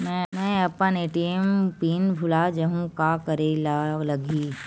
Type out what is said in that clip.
मैं अपन ATM pin भुला जहु का करे ला लगही?